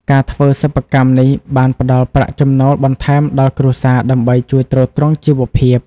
ការធ្វើសិប្បកម្មនេះបានផ្តល់ប្រាក់ចំណូលបន្ថែមដល់គ្រួសារដើម្បីជួយទ្រទ្រង់ជីវភាព។